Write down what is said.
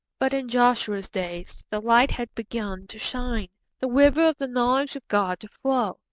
but in joshua's days the light had begun to shine, the river of the knowledge of god to flow,